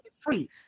free